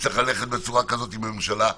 תצטרך ללכת בצורה כזאת בממשלה,